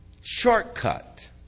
Shortcut